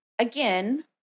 Again